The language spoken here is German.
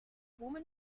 woman